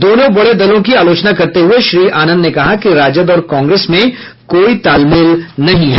दोनों बड़े दलों की आलोचना करते हुये श्री आनंद ने कहा कि राजद और कांग्रेस में कोई तालमेल नहीं है